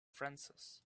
francis